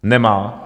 Nemá.